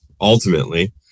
ultimately